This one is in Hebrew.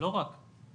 לא רק.